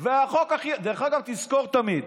דרך אגב, תזכור תמיד: